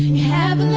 have